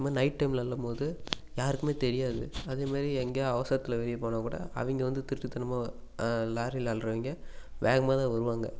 இது மாதிரி நைட் டைமில் அள்ளும்போது யாருக்குமே தெரியாது அதே மாதிரி எங்கேயா அவசரத்தில் வெளியே போனால் கூட அவங்க வந்து திருட்டுத்தனமாக லாரியில் அள்ளுறவைங்க வேகமாகதான் வருவாங்க